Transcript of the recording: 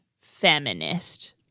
feminist